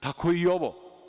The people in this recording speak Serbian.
Tako i ovo.